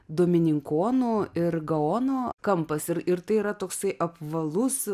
domininkonų ir gaono kampas ir ir tai yra toksai apvalus